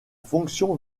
fonction